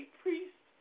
priest